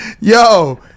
Yo